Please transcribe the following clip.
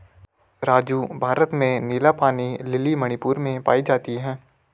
राजू भारत में नीला पानी लिली मणिपुर में पाई जाती हैं